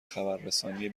خبررسانی